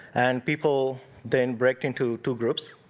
and people then break into two groups,